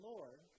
Lord